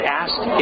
asked